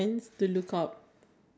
any other questions